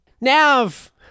Nav